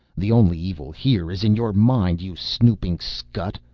the only evil here is in your mind, you snooping scut.